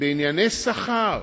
שבענייני שכר,